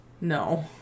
No